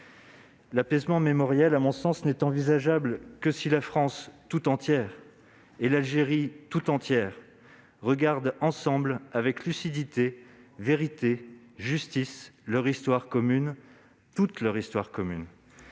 l'apaisement mémoriel n'est envisageable que si la France tout entière et l'Algérie tout entière regardent ensemble avec lucidité, vérité et justice leur histoire commune, toute leur histoire commune.